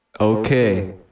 okay